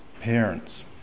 parents